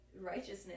righteousness